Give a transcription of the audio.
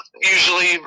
usually